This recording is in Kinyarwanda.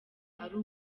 ari